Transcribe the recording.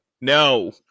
no